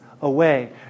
away